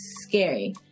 scary